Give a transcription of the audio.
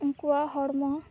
ᱩᱱᱠᱩᱣᱟᱜ ᱦᱚᱲᱢᱚ